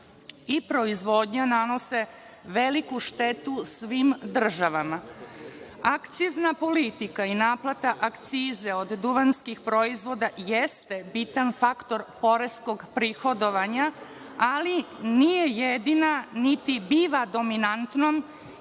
i proizvodnja nanose veliku štetu svim državama. Akcizna politika i naplata akciza od duvanskih proizvoda jeste bitan faktor poreskog prihodovanja, ali nije jedina niti biva dominantnom,